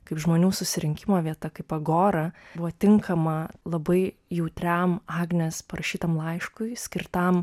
kaip žmonių susirinkimo vieta kaip agora buvo tinkama labai jautriam agnės parašytam laiškui skirtam